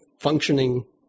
functioning